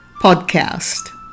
podcast